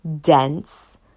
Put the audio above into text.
dense